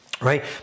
right